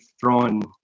throwing